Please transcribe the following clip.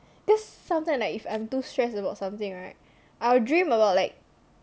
cause sometimes like if I'm too stressed about something right I'll dream about like